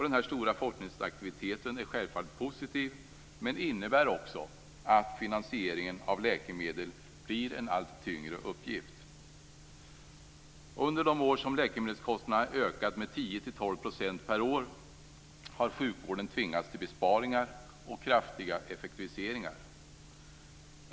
Den stora forskningsaktiviteten är självklart positiv, men innebär också att finansieringen av läkemedel blir en allt tyngre uppgift. Under de år som läkemedelskostnaderna har ökat med 10-12 % per år har sjukvården tvingats till besparingar och kraftiga effektiviseringar.